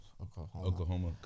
Oklahoma